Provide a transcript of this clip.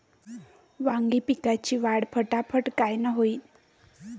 वांगी पिकाची वाढ फटाफट कायनं होईल?